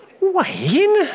Wayne